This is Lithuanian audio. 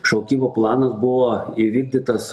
šaukimo planas buvo įvykdytas